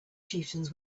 chieftains